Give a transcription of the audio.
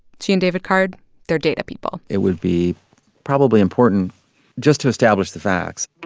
she and david card they're data people it would be probably important just to establish the facts